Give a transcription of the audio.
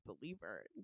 believer